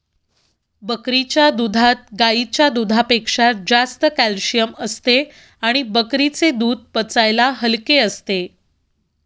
बकरीच्या दुधात गाईच्या दुधापेक्षा जास्त कॅल्शिअम असते आणि बकरीचे दूध पचायला हलके असते